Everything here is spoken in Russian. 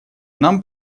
нам